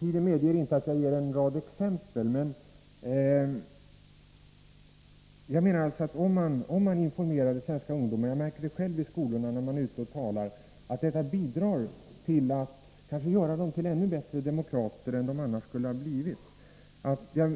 Tiden tillåter inte att jag ger en rad exempel, men om svenska ungdomar får en sådan information bidrar det kanske till att göra dem till ännu bättre demokrater än de annars skulle ha blivit. Det är